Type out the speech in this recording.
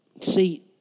See